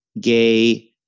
gay